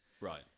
right